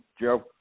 Joe